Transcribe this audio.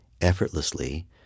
effortlessly